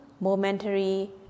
momentary